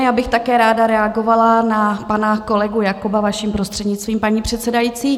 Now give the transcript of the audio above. Také bych ráda reagovala na pana kolegu Jakoba, vaším prostřednictvím, paní předsedající.